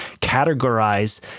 categorize